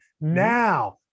Now